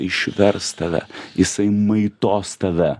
išvers tave jisai maitos tave